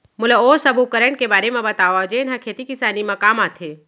मोला ओ सब उपकरण के बारे म बतावव जेन ह खेती किसानी म काम आथे?